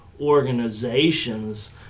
organizations